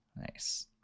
Nice